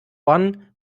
one